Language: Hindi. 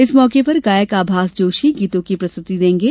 इस मौके पर गायक आभास जोशी गीतों की प्रस्तृति देंगे